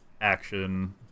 action